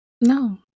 No